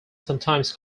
sometimes